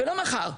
ולא מחר,